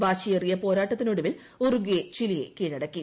വാശിയേറിയ പോരാട്ടത്തിനൊടുവിൽ ഉറുഗ്വെ ചിലെയെ കീഴടക്കി